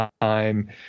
time